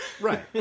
Right